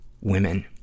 women